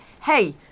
hey